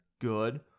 good